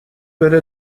بره